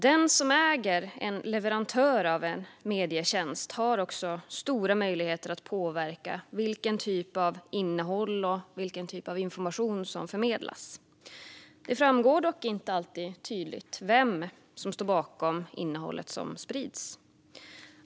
Den som äger en leverantör av medietjänster har stora möjligheter att påverka vilken typ av innehåll och information som förmedlas. Det framgår dock inte alltid tydligt vem som står bakom det innehåll som sprids.